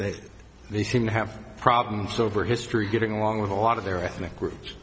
gypsies they seem to have problems over history getting along with a lot of their ethnic group